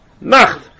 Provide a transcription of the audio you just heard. Nacht